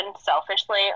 selfishly